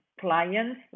clients